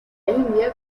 india